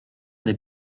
des